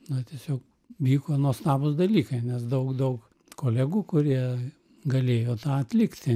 na tiesiog vyko nuostabūs dalykai nes daug daug kolegų kurie galėjo tą atlikti